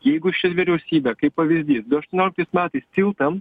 jeigu ši vyriausybė kaip pavyzdys du aštuonioliktais metais tiltam